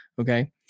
okay